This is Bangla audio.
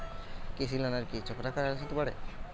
কৃষি লোনের কি চক্রাকার হারে সুদ বাড়ে?